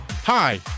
Hi